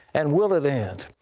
and will it end?